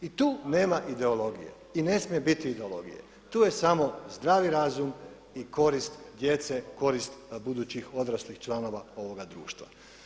I tu nema ideologije i ne smije biti ideologije, tu je samo zdravi razum i korist djece, korist budućih odraslih članova ovoga društva.